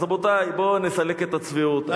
אז, רבותי, בואו נסלק את הצביעות.